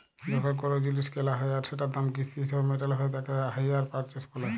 যখন কোলো জিলিস কেলা হ্যয় আর সেটার দাম কিস্তি হিসেবে মেটালো হ্য়য় তাকে হাইয়ার পারচেস বলে